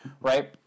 Right